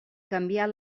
canviar